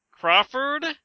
Crawford